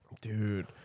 Dude